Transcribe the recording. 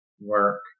work